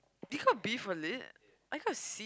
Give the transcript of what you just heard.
do you got B for lit I got C